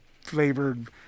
flavored